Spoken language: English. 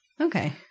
Okay